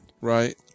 Right